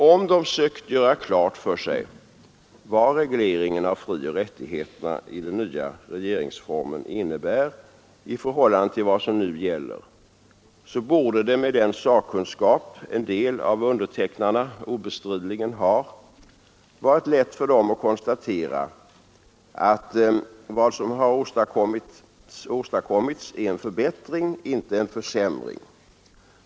Om de sökt göra klart för sig vad regleringen av frioch rättigheterna i den nya regeringsformen innebär i förhållande till vad som nu gäller, borde det, med den sakkunskap en del av undertecknarna obestridligen har, varit lätt för dem att konstatera, att vad som åstadkommits är en förbättring, inte en försämring.